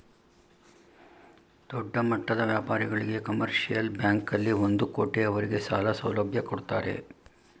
ದೊಡ್ಡಮಟ್ಟದ ವ್ಯಾಪಾರಿಗಳಿಗೆ ಕಮರ್ಷಿಯಲ್ ಬ್ಯಾಂಕಲ್ಲಿ ಒಂದು ಕೋಟಿ ಅವರಿಗೆ ಸಾಲ ಸೌಲಭ್ಯ ಕೊಡ್ತಾರೆ